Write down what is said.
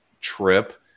trip